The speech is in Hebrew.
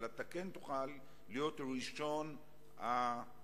אבל אתה כן תוכל להיות ראשון המגיבים.